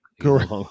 Correct